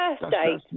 birthday